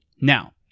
Now